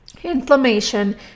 inflammation